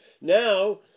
Now